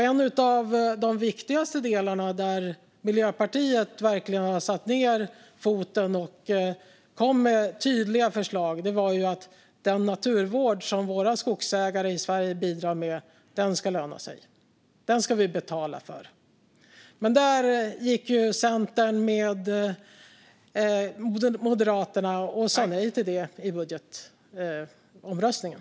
En av de viktigaste delarna, där Miljöpartiet verkligen har satt ned foten och kommit med tydliga förslag, är att den naturvård som våra skogsägare i Sverige bidrar med ska löna sig. Den ska vi betala för. Men Centern gick med Moderaterna och sa nej till det i budgetomröstningen.